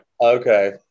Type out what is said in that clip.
Okay